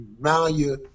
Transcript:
Malia